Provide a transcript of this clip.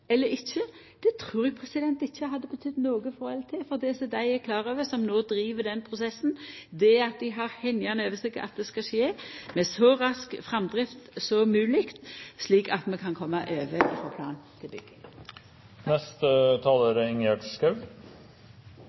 eller ikkje, trur eg ikkje hadde betydd noko frå eller til, for dei som driv den prosessen, er klare over at dei har hengande over seg at det skal skje med så rask framdrift som mogleg, slik at vi kan koma over frå plan til